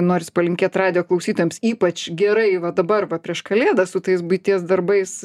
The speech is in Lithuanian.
norisi palinkėt radijo klausytojams ypač gerai va dabar va prieš kalėdas su tais buities darbais